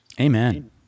Amen